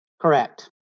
Correct